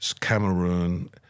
Cameroon